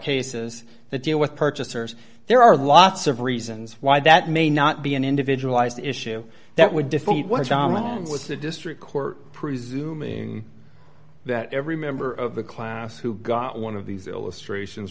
cases that deal with purchasers there are lots of reasons why that may not be an individualized issue that would defeat what is common with the district court presuming that every member of the class who got one of these illustrations